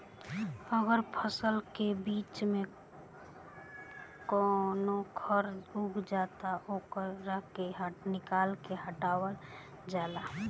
अगर फसल के बीच में कवनो खर उग जाला ओकरा के निकाल के हटावल जाला